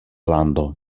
lando